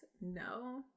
no